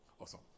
Awesome